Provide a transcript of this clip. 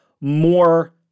more